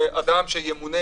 אדם שימונה